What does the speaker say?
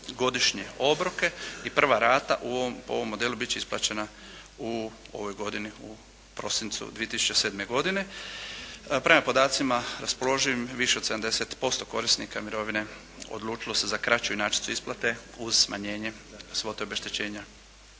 6-godišnje obroke i prva rata po ovom modelu biti će isplaćena u ovoj godini u prosincu 2007. godine. Prema podacima raspoloživim više od 70% korisnika mirovine odlučilo se za kraću inačicu isplate uz smanjenje svote obeštećenja.